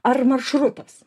ar maršrutas